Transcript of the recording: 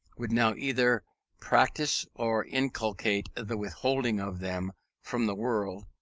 would now either practise or inculcate the withholding of them from the world,